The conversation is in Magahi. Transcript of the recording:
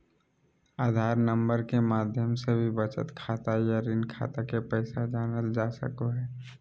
आधार नम्बर के माध्यम से भी बचत खाता या ऋण खाता के पैसा जानल जा सको हय